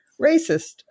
racist